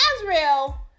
Azrael